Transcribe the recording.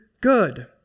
good